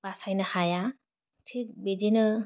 बासायनो हाया थिग बिदिनो